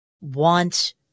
want